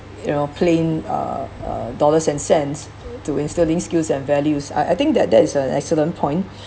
you know plain uh uh dollars and cents to instilling skills and values I I think that that's uh an excellent point